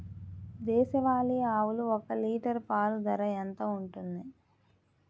దేశవాలి ఆవులు ఒక్క లీటర్ పాలు ఎంత ధర ఉంటుంది?